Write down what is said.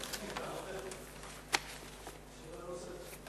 שאלה נוספת.